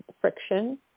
friction